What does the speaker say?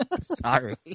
Sorry